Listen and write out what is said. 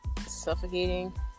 Suffocating